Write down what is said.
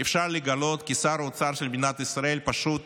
אפשר לגלות כי שר אוצר של מדינת ישראל פשוט